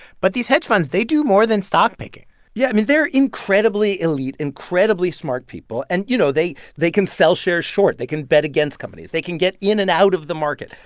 but these hedge funds, they do more than stock picking yeah. i mean, they're incredibly elite, incredibly smart people. and, you know, they they can sell shares short. they can bet against companies. they can get in and out of the market.